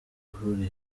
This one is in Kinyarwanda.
buri